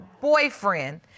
boyfriend